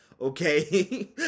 okay